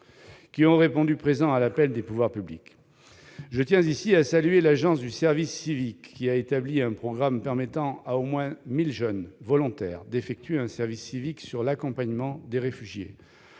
qui ont répondu présent à l'appel des pouvoirs publics. Je tiens à saluer l'Agence du service civique, qui a établi un programme permettant à au moins mille jeunes volontaires d'effectuer un service civique sur l'accompagnement des réfugiés,